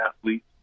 athletes